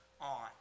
on